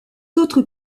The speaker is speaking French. autres